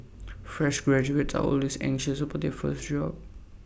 fresh graduates are always anxious about their first job